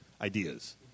ideas